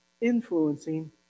influencing